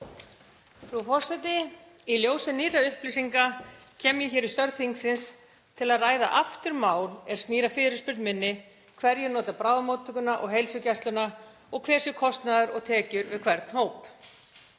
Frú forseti. Í ljósi nýrra upplýsinga kem ég hér í störf þingsins til að ræða aftur mál er snýr að fyrirspurn minni um hverjir nota bráðamóttökuna og heilsugæsluna og hver sé kostnaður og tekjur við hvern hóp.